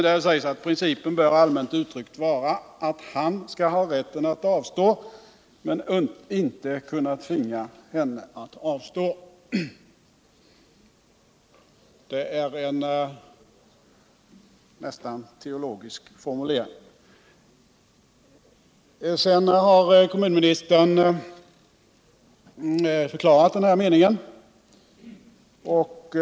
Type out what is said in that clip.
Det sägs där: ”Principen bör, allmänt uttryckt, vara att han skall ha rätten att avstå men inte kunna tvinga henne att avstå.” Det är en nästan teologisk formulering. Kommunministern har sedan förklarat den här meningen.